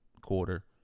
quarter